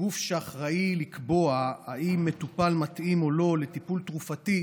הגוף שאחראי לקבוע אם מטופל מתאים או לא לטיפול תרופתי,